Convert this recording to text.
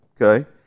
Okay